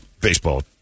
baseball